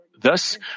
Thus